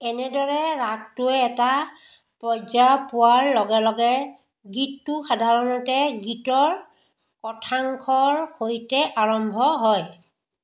এনেদৰে ৰাগটোৱে এটা পৰ্যায় পোৱাৰ লগে লগে গীতটো সাধাৰণতে গীতৰ কথাংশৰ সৈতে আৰম্ভ হয়